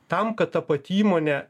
tam kad ta pati įmonė